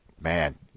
Man